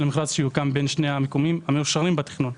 המתקן שיוקם בין שני המיקומים המאושרים בתכנון.